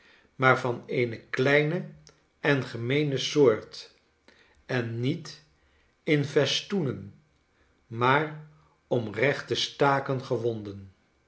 van eene kleine en gemeene soort en niet in festoenen maar om rechte staken gewonden